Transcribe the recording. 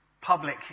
public